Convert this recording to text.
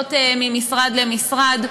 סמכויות ממשרד למשרד.